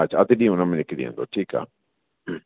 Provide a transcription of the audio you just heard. अच्छा अधु ॾींहं हुन में निकिरी वेंदो ठीकु आहे